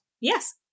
Yes